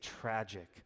tragic